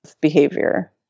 behavior